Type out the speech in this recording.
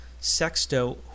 Sexto